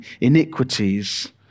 iniquities